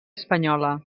espanyola